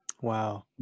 Wow